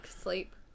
Sleep